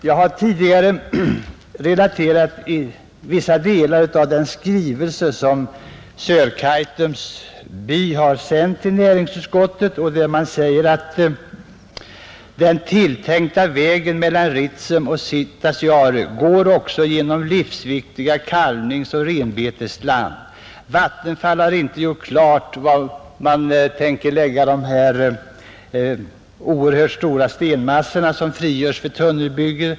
Jag har tidigare relaterat vissa delar av den skrivelse som Sörkaitums lappby har sänt till näringsutskottet och där man säger: ”Den tilltänkta vägen mellan Ritsem och Sitasjaure går också genom livsviktiga kalvningsoch renbetesland. Vattenfall har inte gjort klart för de beslutande myndigheterna var man tänker lägga de oerhörda stenmassor som frigörs vid tunnelbygget.